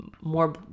more